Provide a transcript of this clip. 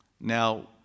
Now